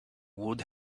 would